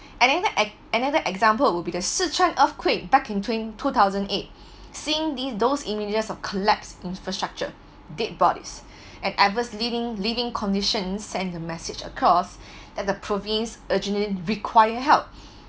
another ex~ another example would be the sichuan earthquake back in twen~ two thousand eight seeing these those images of collapsed infrastructure dead bodies and adverse living living conditions sent the message across that the province urgently require help